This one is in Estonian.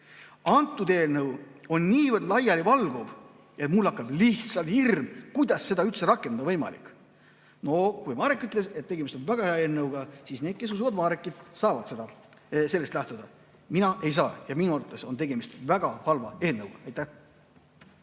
See eelnõu on niivõrd laialivalguv, et mul hakkab lihtsalt hirm, kuidas seda üldse rakendada on võimalik. Noh, Marek ütles, et tegemist on väga hea eelnõuga, ja need, kes usuvad Marekit, saavad sellest lähtuda. Mina ei saa. Minu arvates on tegemist väga halva eelnõuga. Kalle